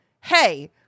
hey